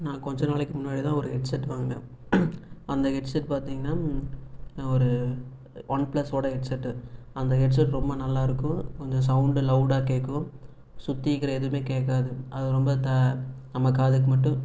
நான் கொஞ்ச நாளைக்கு முன்னாடி தான் ஒரு ஹெட்செட் வாங்கினேன் அந்த ஹெட்செட் பார்த்தீங்கன்னா நான் ஒரு ஒன்பிளஸ்வோடய ஹெட்செட்டு அந்த ஹெட்செட் ரொம்ப நல்லாயிருக்கும் கொஞ்சம் சவுண்ட் லவுடாக கேட்கும் சுற்றி இருக்கிற எதுவுமே கேட்காது அது ரொம்ப த நம்ம காதுக்கு மட்டும்